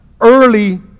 early